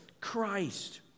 Christ